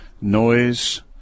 noise